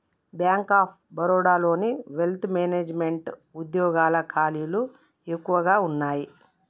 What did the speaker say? bank of బరోడాలోని wealth management వుద్యోగాల ఖాళీలు ఎక్కువగా వున్నయ్యి